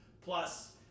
Plus